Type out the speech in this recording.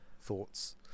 thoughts